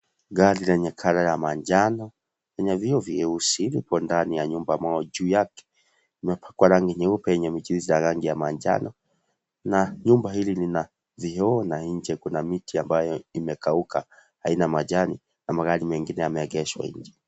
Gari lenye colour ya manjano na vyoo vyeusi iko ndani ya nyumba ju yake kwa rangi nyeupe ya rangi ya manjano, nyumba hii Ina vioo na miti ambayo imekauka Haina majani na magari mengine yameegeshwa nje